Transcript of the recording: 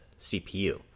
CPU